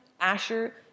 Asher